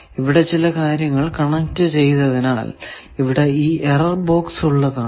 ഇവിടെ ചില കാര്യങ്ങൾ കണക്ട് ചെയ്തതിനാൽ ഇവിടെ ഈ എറർ ബോക്സ് ഉള്ളതാണ്